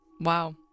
Wow